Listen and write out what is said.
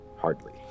Hardly